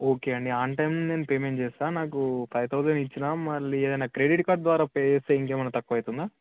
okay అండి on time నేను payment చేస్తాను నాకు ఫైవ్ థౌజండ్ ఇచ్చినా మళ్ళీ ఏదైనా క్రెడిట్ కార్డు ద్వారా పే చేస్తే ఇంకేమైనా తక్కువ అవుతుందా